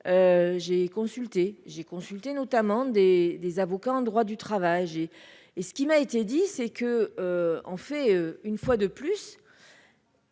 j'ai consulté notamment des des avocats en droit du travail et ce qui m'a été dit, c'est que, en fait, une fois de plus,